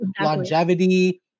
longevity